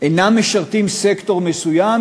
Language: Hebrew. אינם משרתים סקטור מסוים,